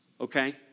okay